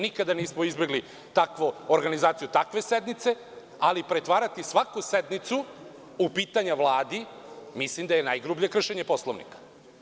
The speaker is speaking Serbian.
Nikada nismo izbegli takvu organizaciju sednice, ali pretvarati svaku sednicu u pitanja Vladi mislim da je najgrublje kršenje Poslovnika.